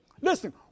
Listen